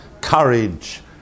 courage